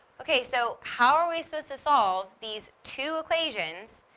okay so, how are we supposed to solve these two equations,